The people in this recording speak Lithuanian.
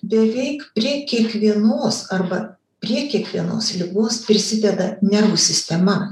beveik prie kiekvienos arba prie kiekvienos ligos prisideda nervų sistema